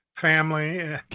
family